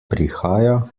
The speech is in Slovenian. prihaja